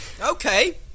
okay